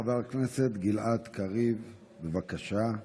חבר הכנסת גלעד קריב, בבקשה.